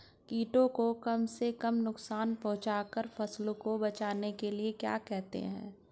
कीटों को कम से कम नुकसान पहुंचा कर फसल को बचाने को क्या कहते हैं?